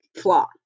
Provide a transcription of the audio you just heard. flaw